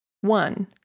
One